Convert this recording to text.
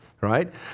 right